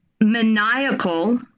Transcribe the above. maniacal